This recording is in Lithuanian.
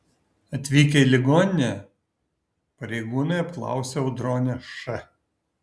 atvykę į ligoninę pareigūnai apklausė audronę š